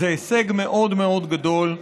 זה הישג מאוד מאוד גדול.